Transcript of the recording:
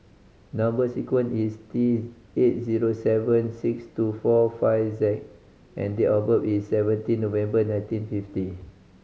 number sequence is T eight zero seven six two four five Z and date of birth is seventeen November nineteen fifty